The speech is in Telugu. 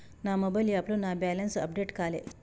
నా మొబైల్ యాప్లో నా బ్యాలెన్స్ అప్డేట్ కాలే